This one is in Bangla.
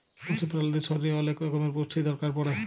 পশু প্রালিদের শরীরের ওলেক রক্যমের পুষ্টির দরকার পড়ে